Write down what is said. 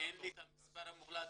אין לי מספר מוחלט.